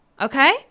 Okay